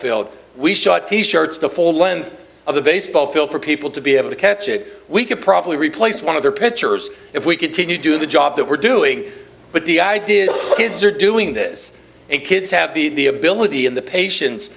field we shot t shirts the full length of the baseball field for people to be able to catch it we could probably replace one of their pitchers if we continue doing the job that we're doing but the idea is kids are doing this and kids have the ability and the patience